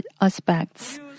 aspects